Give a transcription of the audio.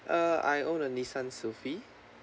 uh I own a nissan sylphy